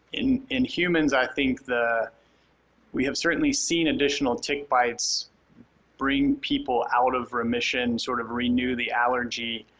in in humans i think the we have certainly seen additional tick bites bring people out of remission sort of renew the allergy